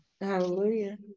Hallelujah